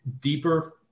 deeper